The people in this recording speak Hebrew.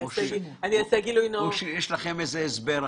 אולי יש לכם הסבר אחר.